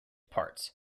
parts